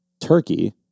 turkey